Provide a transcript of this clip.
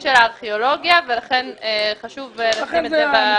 של הארכיאולוגיה ולכן חשוב לשים את זה.